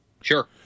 Sure